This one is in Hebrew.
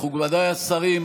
מכובדיי השרים,